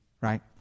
right